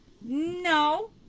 No